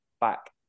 back